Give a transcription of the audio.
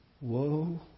woe